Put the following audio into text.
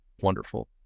wonderful